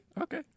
okay